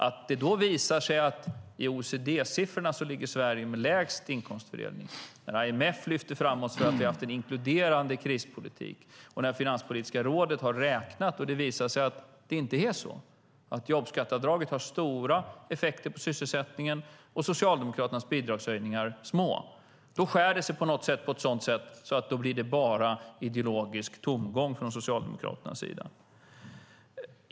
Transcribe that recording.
Att det då visar sig att Sverige ligger med lägst inkomstfördelning i OECD-siffrorna, att IMF lyfter fram oss för att vi har haft en inkluderande krispolitik och att Finanspolitiska rådet har räknat och kommit fram till att jobbskatteavdraget har stora effekter på sysselsättningen och Socialdemokraternas bidragshöjningar små - då skär det sig på något sätt så att det bara blir ideologisk tomgång från Socialdemokraternas sida.